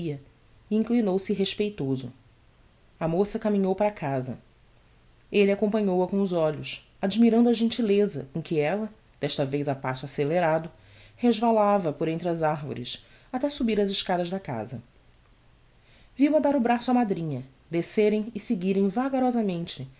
e inclinou-se respeitoso a moça caminhou para casa elle acompanhou-a com os olhos admirando a gentileza com que ella desta vez a passo accelerado resvalava por entre as arvores até subir as escadas da casa viu-a dar o braço á madrinha descerem e seguirem vagarosamente